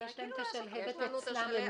את החיבור?